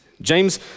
James